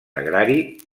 agrari